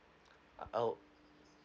oh